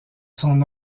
son